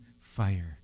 fire